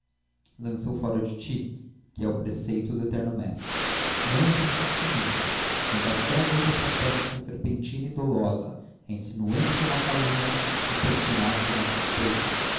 lança o fora de ti que é o preceito do eterno mestre não o sentiste nunca a tentação usa essa tática serpentina e dolosa é insinuante como a calúnia e pertinaz como a suspeita